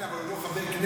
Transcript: כן, אבל הוא לא חבר כנסת.